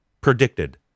predicted